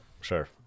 sure